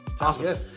Awesome